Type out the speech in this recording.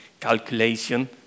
calculation